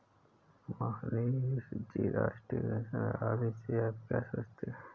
मोहनीश जी, राष्ट्रीय पेंशन प्रणाली से आप क्या समझते है?